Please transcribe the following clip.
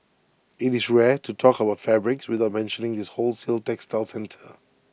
IT is rare to talk about fabrics without mentioning this wholesale textile centre